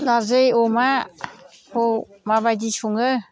नारजि अमाखौ माबायदि सङो